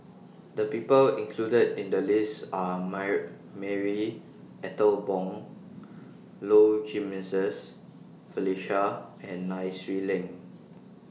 The People included in The lists Are Marie Ethel Bong Low Jimenez Felicia and Nai Swee Leng